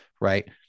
right